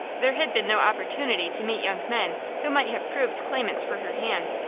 there had been no opportunity to meet young men who might have proved claimants for her hand.